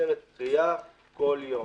תוצרת טרייה כל יום,